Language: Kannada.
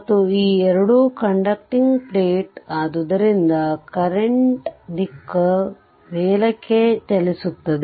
ಮತ್ತು ಈ ಎರಡು ಕಂಡಕ್ಟಿಂಗ್ ಪ್ಲೇಟ್ಆದ್ದರಿಂದ ಕರೆಂಟ್ನ ದಿಕ್ಕು ಮೇಲಕ್ಕೆ ಚಲಿಸುತ್ತದೆ